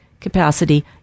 capacity